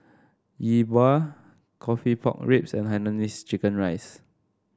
Yi Bua coffee Pork Ribs and Hainanese Chicken Rice